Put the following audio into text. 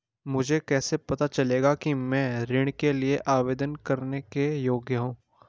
मुझे कैसे पता चलेगा कि मैं ऋण के लिए आवेदन करने के योग्य हूँ?